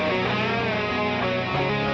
am